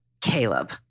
Caleb